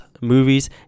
movies